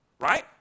Right